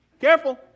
careful